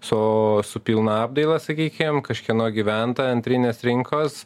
su su pilna apdaila sakykim kažkieno gyventa antrinės rinkos